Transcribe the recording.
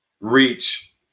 reach